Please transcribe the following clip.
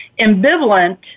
ambivalent